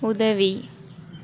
உதவி